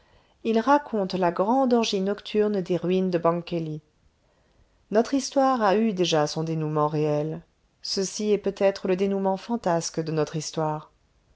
ils racontent la grande orgie nocturne des ruines de bangkeli notre histoire a eu déjà son dénoûment réel ceci est peut-être le dénoûment fantasque de notre histoire